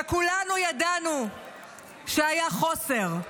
וכולנו ידענו שהיה חוסר,